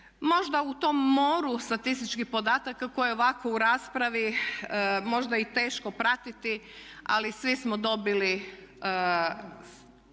Možda u tom moru statističkih podataka koje ovako u raspravi možda i teško pratiti ali svi smo dobili